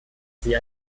sie